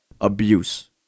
abuse